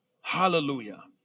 Hallelujah